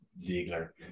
ziegler